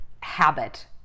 habit